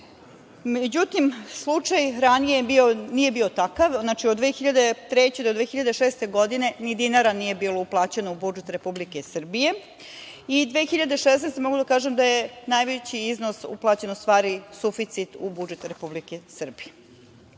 Međutim, slučaj ranije nije bio takav, znači, od 2003. godine do 2006. godine ni dinara nije bilo uplaćeno u budžet Republike Srbije i 2016. godine, mogu da kažem, da je najveći iznos uplaćen u stvari, suficit u budžet Republike